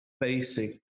basic